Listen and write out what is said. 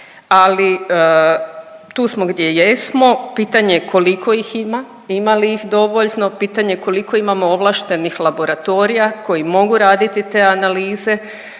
ali tu smo gdje jesmo. Pitanje je koliko ih ima, ima li ih dovoljno, pitanje koliko imamo ovlaštenih laboratorija koji mogu raditi te analize?